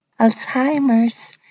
Alzheimer's